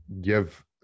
give